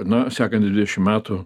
na sekantys dvidešimt metų